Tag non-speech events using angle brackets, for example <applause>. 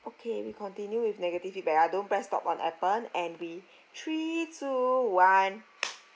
okay we continue with negative feedback ah don't press stop on appen and be three two one <noise>